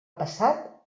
passat